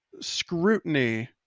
scrutiny